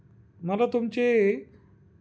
मला तुमचे